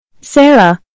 Sarah